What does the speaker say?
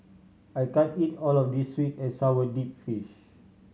I can't eat all of this sweet and sour deep fish